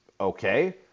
Okay